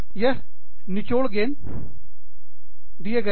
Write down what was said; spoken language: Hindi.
यह निचोड़ गेंद दिए गए हैं